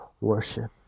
worship